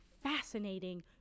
fascinating